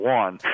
one